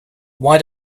why